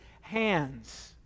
hands